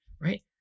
right